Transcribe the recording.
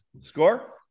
Score